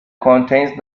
contains